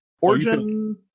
origin